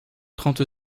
trente